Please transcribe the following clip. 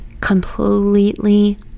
Completely